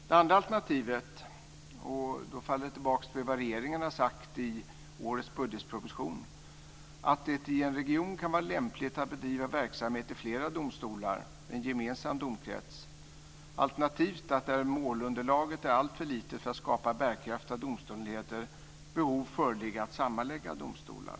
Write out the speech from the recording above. Det andra alternativet faller tillbaka på vad regeringen har sagt i årets budgetproposition, att det i en region kan vara lämpligt att bedriva verksamhet i flera domstolar med en gemensam domkrets, alternativ att där målunderlaget är alltför litet för att skapa bärkraftiga domstolsenheter behov föreligger av att sammanlägga domstolar.